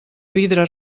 vidre